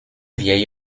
vieil